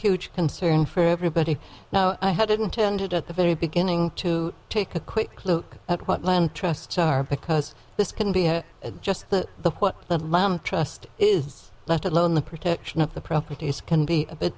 huge concern for everybody now i had intended at the very beginning to take a quick look at what land trusts are because this can be just the the what the lamb trust is let alone the protection of the properties can be a bit